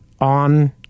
on